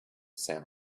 sound